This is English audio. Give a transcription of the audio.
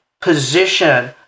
position